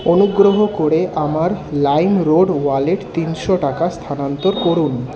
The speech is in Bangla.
অনুগ্রহ করে আমার লাইমরোড ওয়ালেটে তিনশো টাকা স্থানান্তর করুন